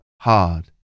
hard